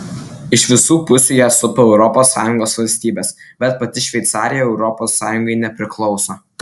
iš visų pusių ją supa europos sąjungos valstybės bet pati šveicarija europos sąjungai nepriklauso